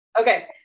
Okay